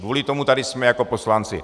Kvůli tomu tady jsme jako poslanci.